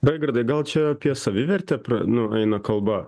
raigardai gal čia apie savivertę pra nu eina kalba